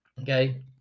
okay